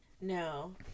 No